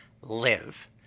live